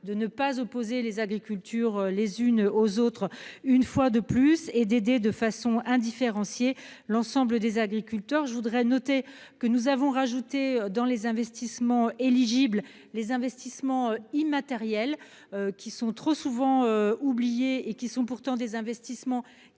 de ne pas opposer les agricultures les unes aux autres. Une fois de plus et d'aider de façon indifférenciée, l'ensemble des agriculteurs je voudrais noter que nous avons rajouté dans les investissements éligibles les investissements immatériels qui sont trop souvent oubliées et qui sont pourtant des investissements